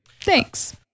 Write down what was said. Thanks